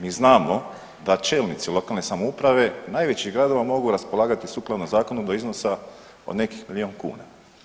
Mi znamo da čelnici lokalne samouprave najvećih gradova mogu raspolagati sukladno zakonu do iznos od nekih milijun kuna.